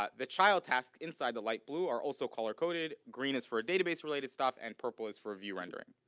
ah the chile task inside the light blue are also color coded. green is for database related stuff and purple is for view rendering.